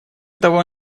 того